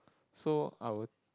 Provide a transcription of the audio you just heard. so I will